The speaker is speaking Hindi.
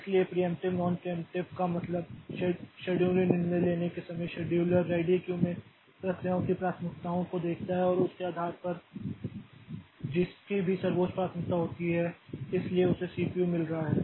इसलिए प्रियेंप्टिव नॉन प्रियेंप्टिव का मतलब शेड्यूलिंग निर्णय लेने के समय शेड्यूलर रेडी क्यू में प्रक्रियाओं की प्राथमिकताओं को देखता है और उसके आधार पर जिसकी भी सर्वोच्च प्राथमिकता होती है इसलिए उसे सीपीयू मिल रहा है